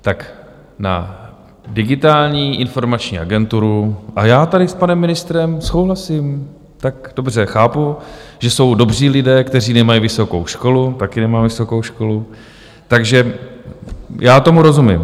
Tak na Digitální informační agenturu a já tady s panem ministrem souhlasím, tak dobře, chápu, že jsou dobří lidé, kteří nemají vysokou školu, také nemám vysokou školu, takže tomu rozumím.